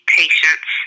patience